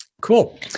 cool